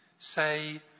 Say